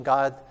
God